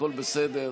הכול בסדר.